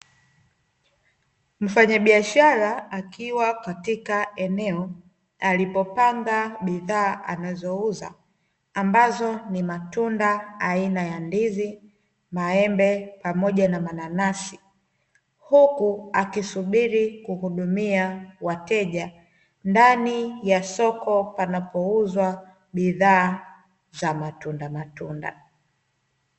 Mfanyabiashara akiwa katika eneo alipopanga bidhaa anazouza ambazo ni matunda aina ya ndizi, maembe pamoja na mananasi. Huku akisubiri kuhudumia wateja ndani ya soko panapouzwa bidhaa za matundamatunda.